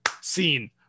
Scene